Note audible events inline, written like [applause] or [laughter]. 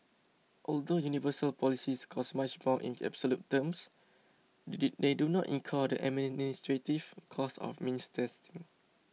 although universal policies cost much more in absolute terms [unintelligible] they do not incur the administrative costs of means testing